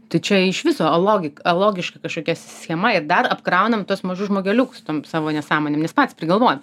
tai čia iš viso logik logiška kažkokia schema ir dar apkraunam tuos mažus žmogeliukus tom savo nesąmonėm nes patys prigalvojam